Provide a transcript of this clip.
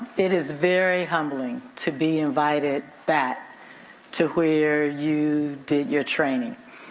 it is very humbling to be invited back to where you did your training.